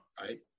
Right